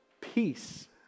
peace